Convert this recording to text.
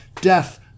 death